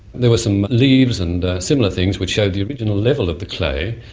there was some leaves and similar things which showed the original level of the clay,